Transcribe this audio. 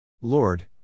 Lord